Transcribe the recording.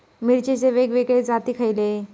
मिरचीचे वेगवेगळे जाती खयले?